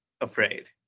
afraid